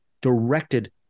directed